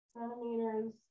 centimeters